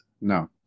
No